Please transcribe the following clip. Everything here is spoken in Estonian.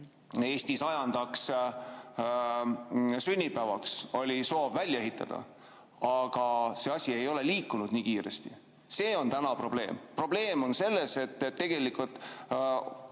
Eesti 100. sünnipäevaks oli soov [piir] välja ehitada, aga see asi ei ole liikunud nii kiiresti. See on täna probleem. Probleem on selles, et tegelikult